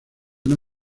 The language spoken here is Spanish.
una